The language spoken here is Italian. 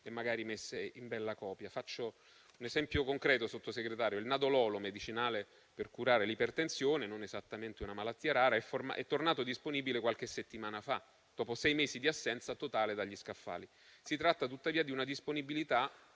e magari messe in bella copia? Faccio un esempio concreto, signor Sottosegretario: il nadololo, medicinale per curare l'ipertensione, non esattamente una malattia rara, è tornato disponibile qualche settimana fa, dopo sei mesi di assenza totale dagli scaffali. Si tratta tuttavia di una disponibilità